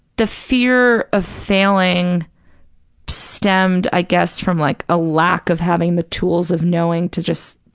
the fear of failing stemmed, i guess, from like a lack of having the tools of knowing to just,